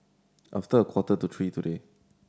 after a quarter to three today